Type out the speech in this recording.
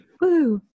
Woo